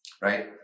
right